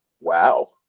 Wow